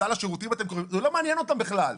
סל השירותים אתם קוראים לזה - זה לא מעניין אותם בכלל.